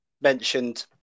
mentioned